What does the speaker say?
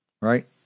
Right